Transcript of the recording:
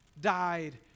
died